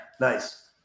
nice